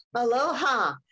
Aloha